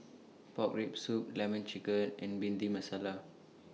Pork Rib Soup Lemon Chicken and Bhindi Masala